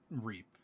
reap